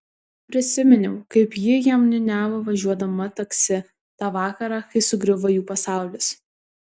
prisiminiau kaip ji jam niūniavo važiuodama taksi tą vakarą kai sugriuvo jų pasaulis